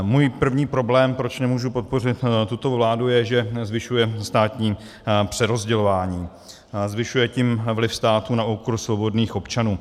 Můj první problém, proč nemůžu podpořit tuto vládu, je, že zvyšuje státní přerozdělování, zvyšuje tím vliv státu na úkor svobodných občanů.